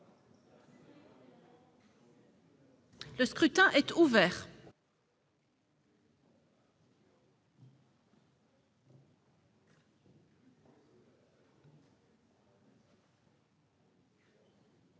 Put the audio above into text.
Le scrutin est ouvert.